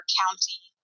county